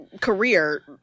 career